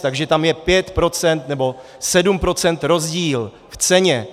Takže tam je pět procent, nebo sedm procent rozdíl v ceně.